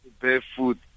barefoot